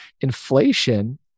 inflation